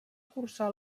cursar